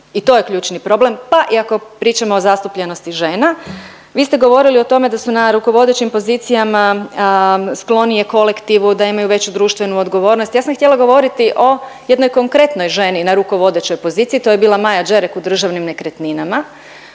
i to je ključni problem pa i ako pričamo o zastupljenosti žena. Vi ste govorili o tome da su na rukovodećim pozicijama sklonije kolektivu, da imaju veću društvenu odgovornost, ja sam htjela govoriti o jednoj konkretnoj ženi na rukovodećoj poziciji, to je bila Maja Đerek u Državnim nekretninama,